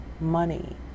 money